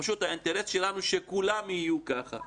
האינטרס שלנו, שכולם יהיו ככה.